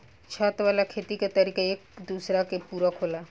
छत वाला खेती के तरीका एक दूसरा के पूरक होला